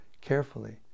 carefully